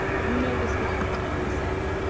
you know this well, he said.